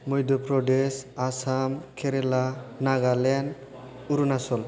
Madhya' Pradesh Assam Kerala Nagaland Arunachal Pradesh